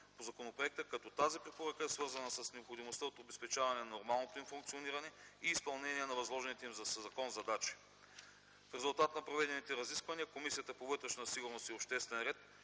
по законопроекта, като тази препоръка е свързана с необходимостта от обезпечаване на нормалното им функциониране и изпълнението на възложените им със закон задачи. В резултат на проведените разисквания Комисията по вътрешна сигурност и обществен ред